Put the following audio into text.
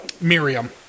Miriam